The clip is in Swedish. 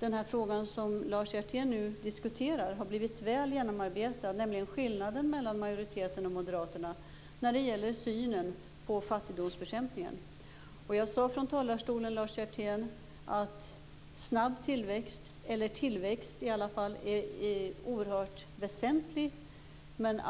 Den fråga som Lars Hjertén nu diskuterar har blivit väl genomarbetad, nämligen skillnaden mellan majoriteten och moderaterna när det gäller synen på fattigdomsbekämpningen. Jag sade från talarstolen, Lars Hjertén, att tillväxt är oerhört väsentligt. Men